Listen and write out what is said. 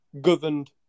governed